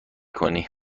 کنی